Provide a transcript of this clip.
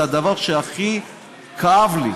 זה הדבר שהכי כאב לי,